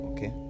Okay